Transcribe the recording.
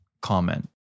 comment